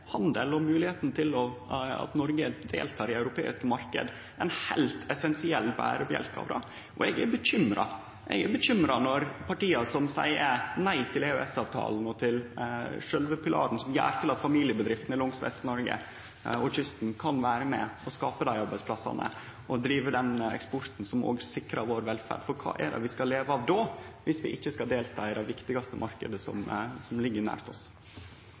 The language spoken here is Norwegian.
handel og moglegheita for Noreg til å delta i den europeiske marknaden ein heilt essensiell berebjelke. Eg er bekymra når parti seier nei til EØS-avtalen og til sjølve pilaren som gjer at familiebedriftene langs Vest-Noreg og kysten kan vere med og skape dei arbeidsplassane og drive den eksporten som sikrar velferda vår. Kva er det vi skal leve av då, dersom vi ikkje skal delta i den viktigaste marknaden som ligg nær oss?